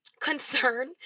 concern